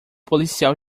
policial